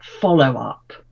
follow-up